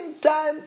time